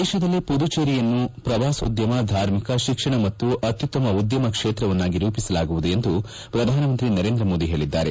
ದೇಶದಲ್ಲೇ ಮದುಚೇರಿಯನ್ನು ಪ್ರವಾಸೋದ್ಯಮ ಧಾರ್ಮಿಕ ಶಿಕ್ಷಣ ಮತ್ತು ಅತ್ಯುತ್ತಮ ಉದ್ಯಮ ಕ್ಷೇತ್ರವನ್ನಾಗಿ ರೂಪಿಸಲಾಗುವುದು ಎಂದು ಪ್ರಧಾನಮಂತ್ರಿ ನರೇಂದ್ರ ಮೋದಿ ಹೇಳಿದ್ದಾರೆ